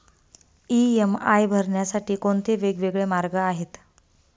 EMI भरण्यासाठी कोणते वेगवेगळे मार्ग आहेत?